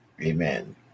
Amen